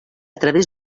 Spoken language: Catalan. través